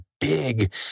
big